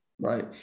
right